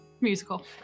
Musical